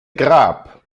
grab